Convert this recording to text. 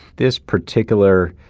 this particular